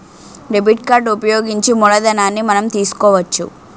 debit card ఉపయోగించి మూలధనాన్ని మనం తీసుకోవచ్చు